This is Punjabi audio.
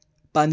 ਪੰ